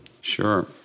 Sure